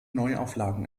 neuauflagen